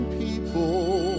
people